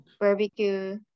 barbecue